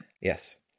Yes